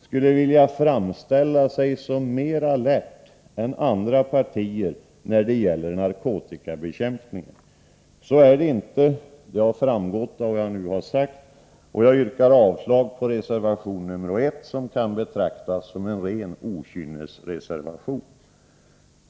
skulle vilja framställa sig som mer alert än andra partier när det gäller narkotikabekämpningen. Så är det inte — det har framgått av vad jag nu har sagt. Jag yrkar avslag på reservation nr 1, som kan betraktas som en ren okynnesreservation.